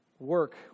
Work